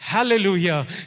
Hallelujah